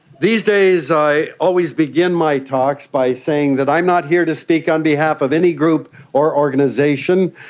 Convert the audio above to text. these days i always begin my talks by saying that i'm not here to speak on behalf of any group or organisation,